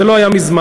זה לא היה מזמן,